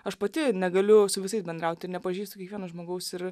aš pati negaliu su visais bendrauti ir nepažįstu kiekvieno žmogaus ir